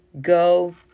Go